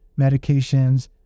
medications